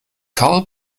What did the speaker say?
carl